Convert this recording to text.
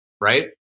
right